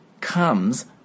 comes